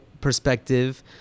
perspective